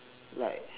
like